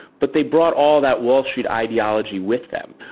but they brought all that wall street ideology with them.